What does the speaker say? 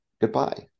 Goodbye